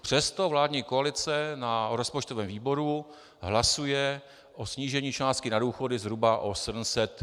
Přesto vládní koalice na rozpočtovém výboru hlasuje o snížení částky na důchody zhruba o 700 mil. Kč.